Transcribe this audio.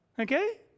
Okay